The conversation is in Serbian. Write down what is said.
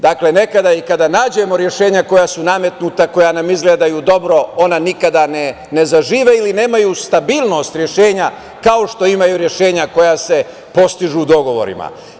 Dakle, nekada i kada nađemo rešenja koja su nametnuta, koja izgledaju dobro, ona nikada ne zažive ili nemaju stabilnost rešenja, kao što imaju rešenja koja se postižu dogovorima.